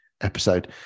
episode